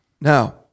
Now